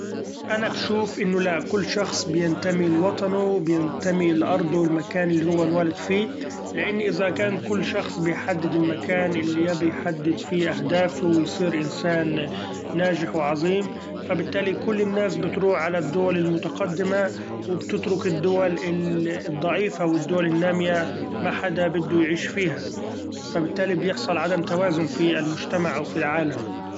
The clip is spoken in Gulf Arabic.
أنا بشوف إنه لا ، كل شخص بينتمي لوطنه وبينتمي لارضه المكان اللي هو إنولد فيه; لإن إذا كان كل شخص بيحدد المكان اللي يبي يحدد فيه اهدافه ويصير إنسإن ناچح وعظيم ، فبالتالي كل الناس بتروح على الدول المتقدمة وبتترك الدول الضعيفة والدول النامية، ما حدا بدو يعيش فيها فبالتالي بيحصل عدم توازن في المچتمع وفي العالم.